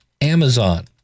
Amazon